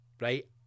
Right